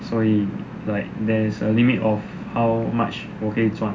所以 like there's a limit of how much 我可以赚